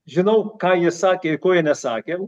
žinau ką jie sakė ir ko jie nesakė